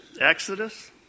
Exodus